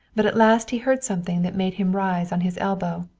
but at last he heard something that made him rise on his elbow.